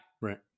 Right